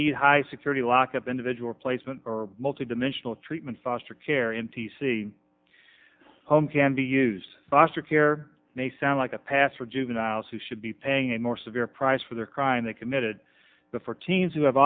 need high security lock up individual placement or multi dimensional treatment foster care in t c home can be used foster care may sound like a pass for juveniles who should be paying a more severe price for their crime they committed before teens who have